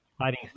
Hiding